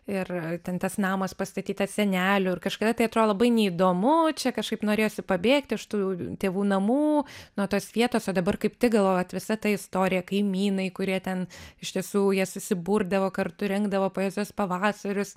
ir ten tas namas pastatytas senelių ir kažkada tai atrodo labai neįdomu čia kažkaip norėjosi pabėgti iš tų tėvų namų nuo tos vietos o dabar kaip tik galvoju kad visa ta istorija kaimynai kurie ten iš tiesų jie susiburdavo kartu rengdavo poezijos pavasarius